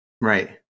Right